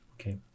Okay